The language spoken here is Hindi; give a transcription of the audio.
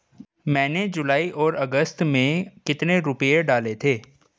मैंने जुलाई और अगस्त में कितने रुपये डाले थे?